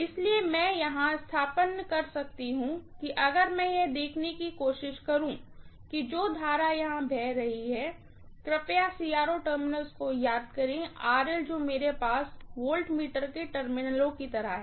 इसलिए मैं इसे यहाँ स्थानापन्न कर सकती हूँ अगर मैं यह देखने की कोशिश करूँ कि जो करंट यहाँ बह रही है कृपया CRO टर्मिनल्स को याद करें जो मेरे पास वोल्टमीटर के टर्मिनलों की तरह है